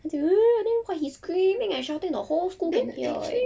他就 !woo! then !wah! he screaming and shouting the whole school can hear eh